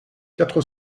quatre